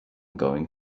going